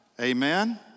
Amen